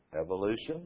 Evolution